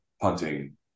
punting